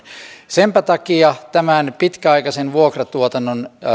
senpä takia tämän pitkäaikaisen vuokratuotannon